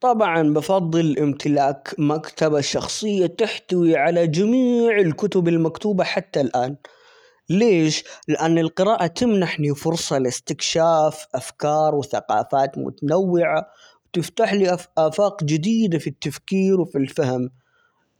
طبعا بفضل إمتلاك مكتبة شخصية تحتوي على جميع الكتب المكتوبة حتى الآن ليش؟ لأن القراءة تمنحني فرصة لاستكشاف أفكار وثقافات متنوعة ،وتفتح لي -اف- آفاق جديدة ،في التفكير ،وفي الفهم